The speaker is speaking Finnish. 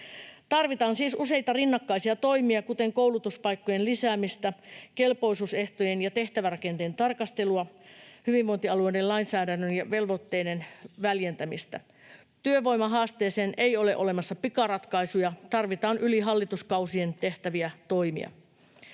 Tarvitaan siis useita rinnakkaisia toimia, kuten koulutuspaikkojen lisäämistä, kelpoisuusehtojen ja tehtävärakenteen tarkastelua, hyvinvointialueiden lainsäädännön ja velvoitteiden väljentämistä. Työvoimahaasteeseen ei ole olemassa pikaratkaisuja, tarvitaan yli hallituskausien tehtäviä toimia.